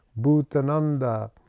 Bhutananda